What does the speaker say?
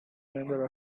member